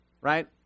right